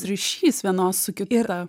ryšys vienos su kita